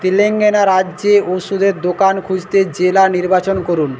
তেলেঙ্গানা রাজ্যে ওষুধের দোকান খুঁজতে জেলা নির্বাচন করুন